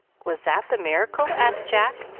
was that the miracle? asked jack,